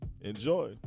Enjoy